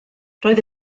roedd